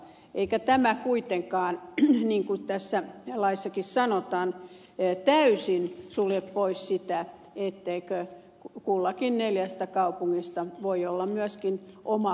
eikä tämä kuitenkaan niin kuin tässä laissakin sanotaan täysin sulje pois sitä etteikö kullakin neljästä kaupungista voi olla myöskin oma kaavansa